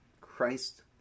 Christ